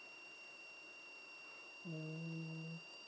mm